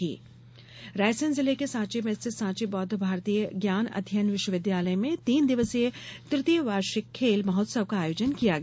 खेल महोत्सव रायसेन जिले के सांची में स्थित सांची बौद्ध भारतीय ज्ञान अध्ययन विश्वविद्यालय में तीन दिवसीय तृतीय वार्षिक खेल महोत्सव का आयोजन किया गया